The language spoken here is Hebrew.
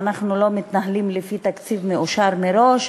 היינו מתנהלים לפי תקציב מאושר מראש,